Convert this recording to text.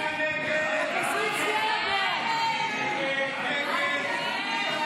ההסתייגויות לסעיף 39 בדבר